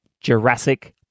Jurassic